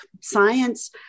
Science